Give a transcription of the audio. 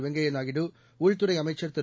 வெங்கைய நாயுடு உள்துறை அமைச்சர் திரு